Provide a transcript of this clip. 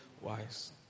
Wise